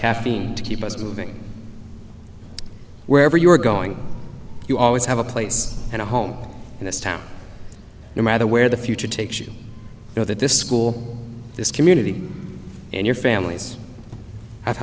caffeine to keep us moving wherever you are going you always have a place and a home in this town no matter where the future takes you know that this school this community and your families have